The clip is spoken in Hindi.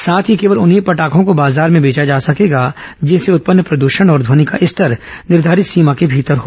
साथ ही केवल उन्हीं पटाखों को बाजार में बेचा जा सकेगा जिनसे उत्पन्न प्रदूषण और ध्वनि का स्तर निर्घारित सीमा के भीतर हो